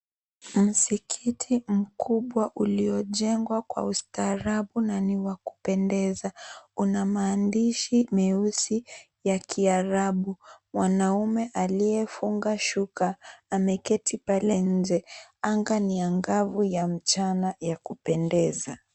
Msikiti mkubwa uliojengwa kwa ustaarabu na ni wa kupendeza, una maandishi meusi ya kiarabu. Mwanaume aliyefunga shuka ameketi pale nje. Anga ni angavu ya mchana ya kupendeza.